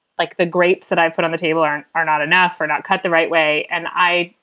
like, the grapes that i put on the table are are not enough or not cut the right way. and i,